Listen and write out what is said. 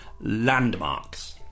landmarks